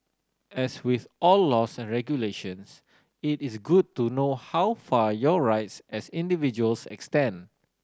as with all laws and regulations it is good to know how far your rights as individuals extend